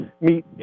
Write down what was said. meet